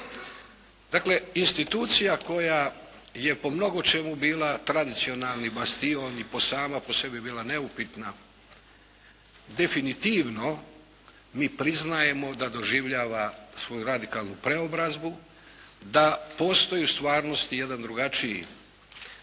Dakle, institucija koja je po mnogočemu bila tradicionalni bastion i sama po sebi bila neupitna. Definitivno mi priznajemo da doživljava svoju radikalnu preobrazbu, da postoji u stvarnosti jedan drugačiji,